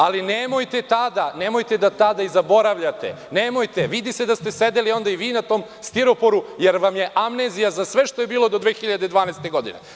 Ali, nemojte da tada i zaboravljate, nemojte, vidi se da ste sedeli i onda i vi na tom stiroporu jer vam je amnezija za sve što je bilo do 2012. godine.